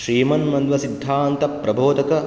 श्रीमन्मध्वसिद्धान्तप्रबोधक